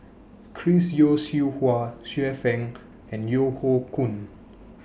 Chris Yeo Siew Hua Xiu Fang and Yeo Hoe Koon